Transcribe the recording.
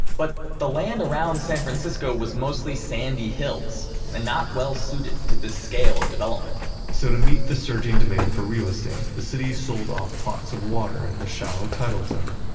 but the land around san francisco was mostly sandy hills and not well suited to this scale of development. so to meet the surging demand for real estate the city sold off plots of water in the shallow tidal zone.